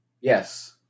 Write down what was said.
Yes